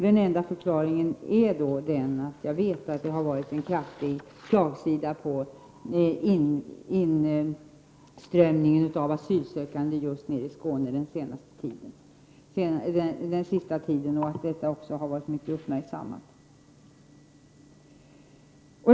Den enda förklaringen är då att det under den senaste tiden varit en stark slagsida på inströmningen av asylsökande just till Skåne. Detta har också blivit mycket uppmärksammat.